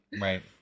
right